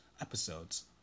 episodes